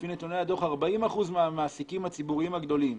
לפי נתוני הדוח 40% מהמעסיקים הציבוריים הגדולים,